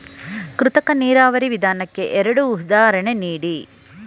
ಕೃತಕ ನೀರಾವರಿ ವಿಧಾನಕ್ಕೆ ಎರಡು ಉದಾಹರಣೆ ನೀಡಿ?